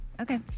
Okay